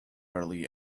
early